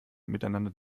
miteinander